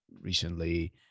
recently